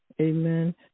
Amen